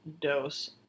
Dose